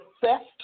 theft